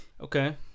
Okay